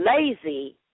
lazy